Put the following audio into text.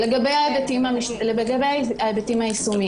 לגבי ההיבטים היישומיים,